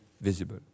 visible